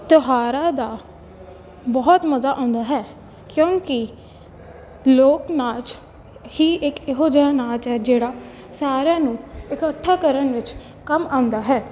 ਤਿਉਹਾਰਾਂ ਦਾ ਬਹੁਤ ਮਜ਼ਾ ਆਉਂਦਾ ਹੈ ਕਿਉਂਕਿ ਲੋਕ ਨਾਚ ਹੀ ਇੱਕ ਇਹੋ ਜਿਹਾ ਨਾਚ ਹੈ ਜਿਹੜਾ ਸਾਰਿਆਂ ਨੂੰ ਇਕੱਠਾ ਕਰਨ ਵਿੱਚ ਕੰਮ ਆਉਂਦਾ ਹੈ